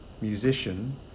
musician